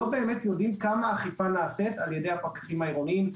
יודעים כמה אכיפה נעשית על ידי הפקחים העירוניים.